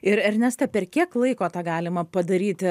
ir ernesta per kiek laiko tą galima padaryti